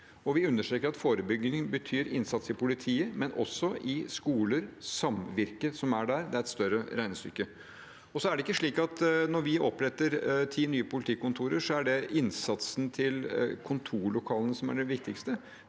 Vi understreker at forebygging betyr innsats i politiet, men også i skoler – samvirket som er der. Det er et større regnestykke. Så er det ikke slik at når vi oppretter ti nye politikontorer, er det innsatsen til kontorlokalene som er den viktigste,